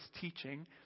teaching